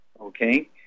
Okay